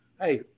hey